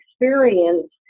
experience